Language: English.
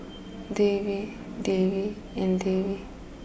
Devi Devi and Devi